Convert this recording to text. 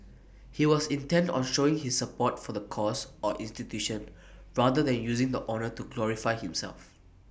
he was intent on showing his support for the cause or institution rather than using the honour to glorify himself